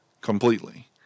completely